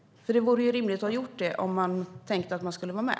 Det vore rimligt att ha gjort det om de tänkte vara med.